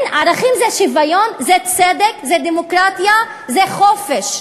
ערכים זה שוויון, זה צדק, זה דמוקרטיה, זה חופש.